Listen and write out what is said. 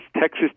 Texas